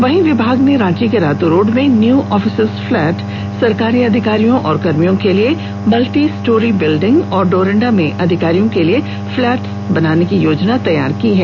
वहीं विभाग ने रांची के रातू रोड में न्यू ऑफिसर्स फ्लैट सरकारी अधिकारियों एवं कर्मियों के लिए मल्टीस्टोरी बिल्डिंग तथा डोरंडा में अधिकारियों के लिए फ्लैट बनाने की योजना तैयार की है